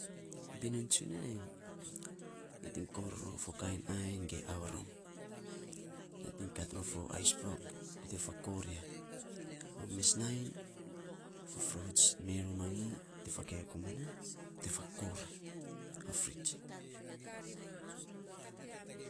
Binun tsunia iny nating ka rou non fo nainy ainy ge aurom nating kat ror fo ais blok ai te fakour ya. Fo mes nainy fo frut mei romainyi fokei koman ya. te fakour ya, a freits.